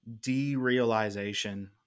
derealization